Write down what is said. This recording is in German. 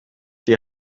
die